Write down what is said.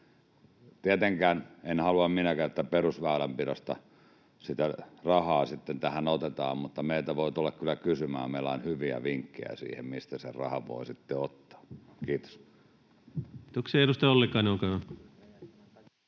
Tietenkään en halua minäkään, että perusväylänpidosta sitä rahaa sitten tähän otetaan, mutta meiltä voi tulla kyllä kysymään. Meillä on hyviä vinkkejä siihen, mistä sen rahan voi sitten ottaa. — Kiitos. Teidän mikrofoninne